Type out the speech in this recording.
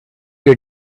your